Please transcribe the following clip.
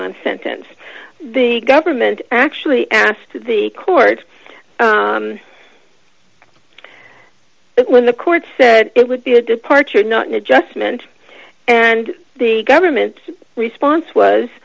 month sentence the government actually asked the court when the court said it would be a departure not an adjustment and the government's response was